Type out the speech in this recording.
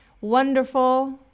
Wonderful